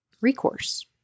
recourse